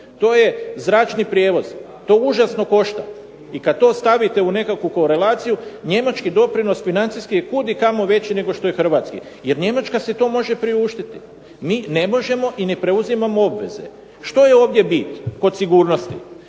to je zračni prijevoz. To užasno košta. I kad to stavite u nekakvu korelaciju njemački doprinos financijski je kudikamo veći nego što je hrvatski jer Njemačka si to može priuštiti. Mi ne možemo i ne preuzimamo obveze. Što je ovdje bit, kod sigurnosti?